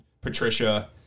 Patricia